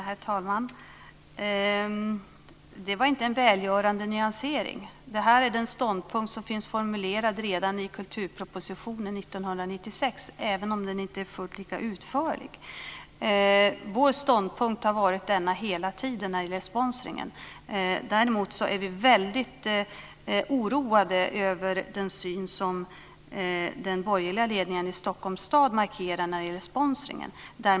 Herr talman! Det var inte en välgörande nyansering. Det är den ståndpunkt som fanns formulerad redan i kulturpropositionen 1996, även om den inte var fullt lika utförlig. Vår ståndpunkt när det gäller sponsringen har varit denna hela tiden. Däremot är vi väldigt oroade över den syn som den borgerliga ledningen i Stockholms stad markerar när det gäller sponsringen.